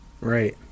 Right